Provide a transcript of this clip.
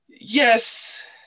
yes